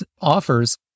offers